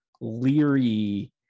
leery